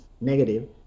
negative